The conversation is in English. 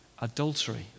adultery